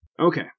Okay